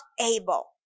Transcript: able